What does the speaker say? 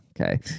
Okay